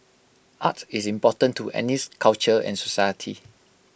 art is important to anything culture and society